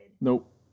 nope